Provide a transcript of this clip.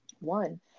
one